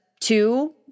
two